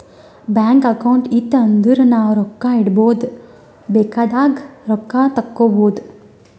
bank account ಇತ್ತು ಅಂದುರ್ ನಾವು ರೊಕ್ಕಾ ಇಡ್ಬೋದ್ ಬೇಕ್ ಆದಾಗ್ ರೊಕ್ಕಾ ತೇಕ್ಕೋಬೋದು